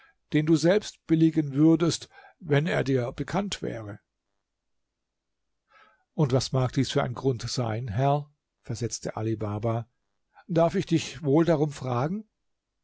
den du selbst billigen würdest wenn er dir bekannt wäre und was mag dies für ein grund sein herr versetzte ali baba darf ich dich wohl darum fragen